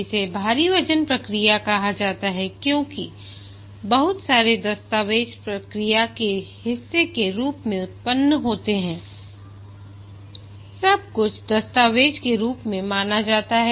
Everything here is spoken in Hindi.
इसे भारी वजन प्रक्रिया कहा जाता है क्योंकि बहुत सारे दस्तावेज प्रक्रिया के हिस्से के रूप में उत्पन्न होते हैं सब कुछ दस्तावेज के रूप में माना जाता है